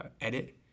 edit